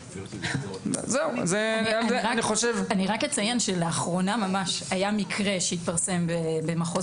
אני רק אציין שלאחרונה ממש היה מקרה שהתפרסם במחוז